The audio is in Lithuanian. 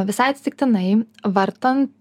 visai atsitiktinai vartant